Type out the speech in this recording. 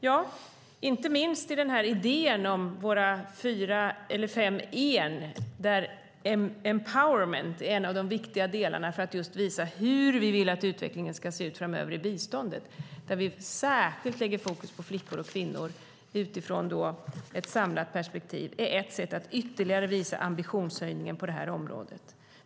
Jo, inte minst genom idén om våra fem E:n, där Empowerment är en av de viktiga delarna för att just visa hur vi vill att utvecklingen i biståndet ska se ut framöver, där vi särskilt lägger fokus på flickor och kvinnor utifrån ett samlat perspektiv. Det är ett sätt att ytterligare visa ambitionshöjningen på det här området.